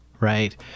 right